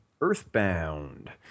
Earthbound